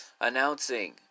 announcing